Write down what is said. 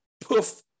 poof